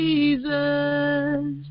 Jesus